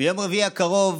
ביום רביעי הקרוב